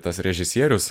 tas režisierius